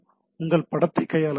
இது படத்தை கையாள முடியும்